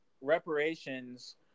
reparations